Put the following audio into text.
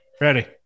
Ready